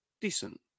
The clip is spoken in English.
decent